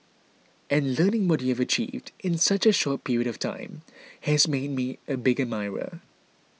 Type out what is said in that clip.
and learning what you have achieved in such a short period of time has made me a big admirer